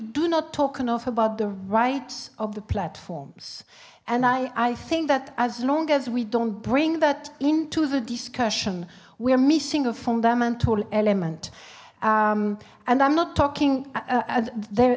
do not talk enough about the rights of the platforms and i i think that as long as we don't bring that into the discussion we are missing a fundamental element and i'm not talking their